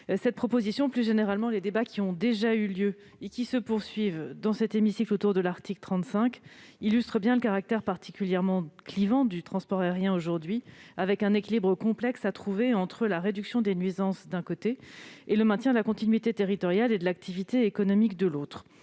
Cette proposition et, plus généralement, les débats qui ont déjà eu lieu et qui se poursuivent dans cet hémicycle au sujet de l'article 35 illustrent le caractère particulièrement clivant du transport aérien aujourd'hui. L'équilibre est difficile à trouver entre, d'un côté, la réduction des nuisances, et, de l'autre, le maintien de la continuité territoriale et de l'activité économique. Ce secteur